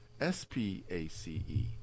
S-P-A-C-E